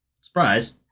Surprise